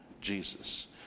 Jesus